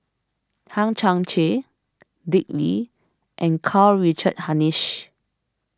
Hang Chang Chieh Dick Lee and Karl Richard Hanitsch